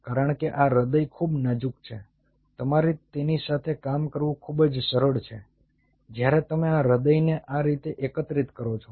કારણ કે આ હૃદય ખૂબ નાજુક છે તમારે તેની સાથે કામ કરવું ખૂબ જ સરળ છે જ્યારે તમે આ હૃદયને આ રીતે એકત્રિત કરો છો